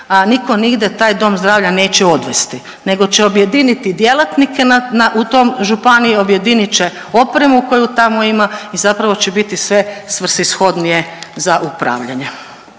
a niko nigdje taj dom zdravlja neće odvesti nego će objediniti djelatnike u tom županiji, objedinit će opremu koju tamo ima i zapravo će biti sve svrsishodnije za upravljanje.